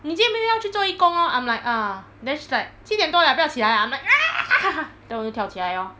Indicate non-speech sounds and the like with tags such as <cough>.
你今天没有要去做义工 orh I'm like uh then she's like 七点多了不要起来啊 I'm like <noise> <laughs> then 我就跳起来 lor